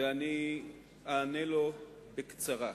ואני אענה לו בקצרה.